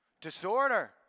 disorder